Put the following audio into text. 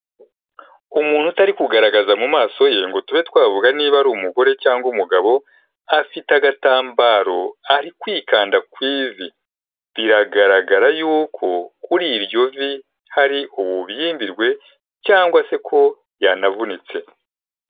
Umuntu utari kugaragaza mu maso ye, ngo tube twavuga niba ari umugore cyangwa umugabo. afite agatambaro ari kwikanda ku ivi. Biragaragara yuko kuri iryo vi hari ububyimbirwe cyangwa se ko yanavunitse.